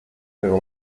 algo